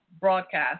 broadcast